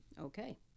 Okay